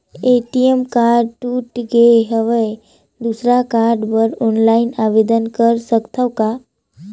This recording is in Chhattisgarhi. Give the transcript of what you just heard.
ए.टी.एम कारड टूट गे हववं दुसर कारड बर ऑनलाइन आवेदन कर सकथव का?